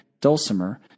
dulcimer